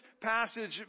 passage